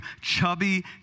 chubby